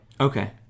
okay